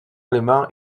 élément